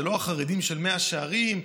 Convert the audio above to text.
זה לא החרדים של מאה שערים,